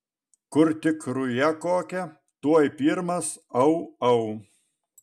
kur tik ruja kokia tuoj pirmas au au